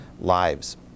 lives